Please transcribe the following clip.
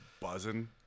buzzing